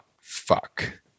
fuck